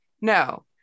No